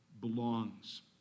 belongs